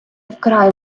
вкрай